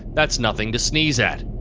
that's nothing to sneeze at.